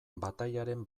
batailaren